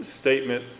statement